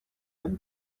and